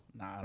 Nah